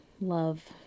love